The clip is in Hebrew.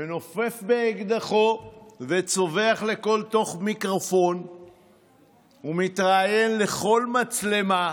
מנופף באקדחו וצווח לתוך כל מיקרופון ומתראיין מול כל מצלמה.